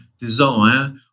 desire